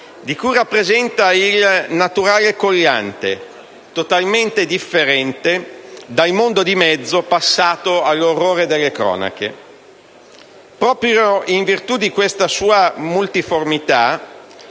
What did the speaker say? di cui rappresenta il naturale collante, totalmente differente dal mondo di mezzo passato all'orrore delle cronache. Proprio in virtù di questa sua multiformità,